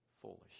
foolish